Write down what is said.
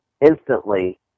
instantly